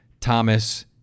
Thomas